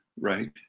right